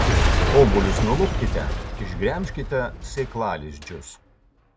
obuolius nulupkite išgremžkite sėklalizdžius